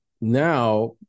now